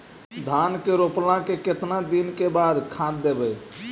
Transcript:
धान के रोपला के केतना दिन के बाद खाद देबै?